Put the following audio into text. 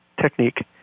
technique